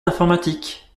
d’informatique